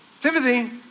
Timothy